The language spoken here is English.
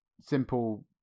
simple